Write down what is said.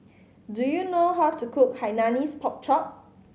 do you know how to cook Hainanese Pork Chop